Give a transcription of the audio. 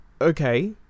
okay